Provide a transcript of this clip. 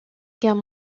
guerre